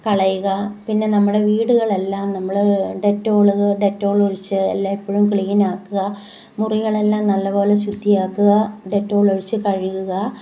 കളയുക പിന്നെ നമ്മുടെ വീടുകളെല്ലാം നമ്മൾ ഡെറ്റോൾ ഡെറ്റോൾ ഒഴിച്ച് എല്ലാം എപ്പൊളും ക്ലീൻ ആക്കുക മുറികളെല്ലാം നല്ലത് പോലെ ശുദ്ധിയാക്കുക ഡെറ്റോൾ ഒഴിച്ച് കഴുകുക